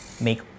make